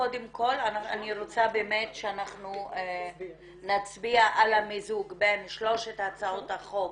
קודם כל אני רוצה שנצביע על המיזוג בין שלוש הצעות החוק